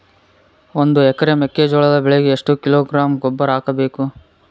ಒಂದು ಎಕರೆ ಮೆಕ್ಕೆಜೋಳದ ಬೆಳೆಗೆ ಎಷ್ಟು ಕಿಲೋಗ್ರಾಂ ಗೊಬ್ಬರ ಹಾಕಬೇಕು?